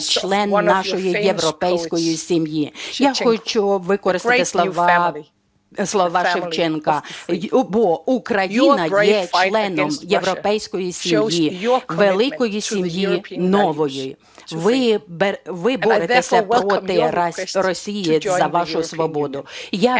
Я хочу використати слова Шевченка, бо Україна є членом європейської сім'ї, великої сім'ї, нової. Ви боретеся проти Росії за вашу свободу.